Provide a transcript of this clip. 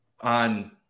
on